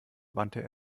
wandte